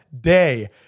day